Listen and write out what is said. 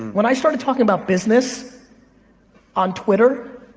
when i started talking about business on twitter,